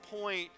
point